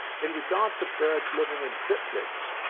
in regard to birds living in triplets,